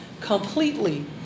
completely